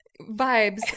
vibes